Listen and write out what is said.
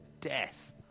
death